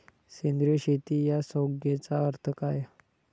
सेंद्रिय शेती या संज्ञेचा अर्थ काय?